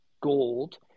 gold